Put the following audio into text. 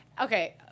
Okay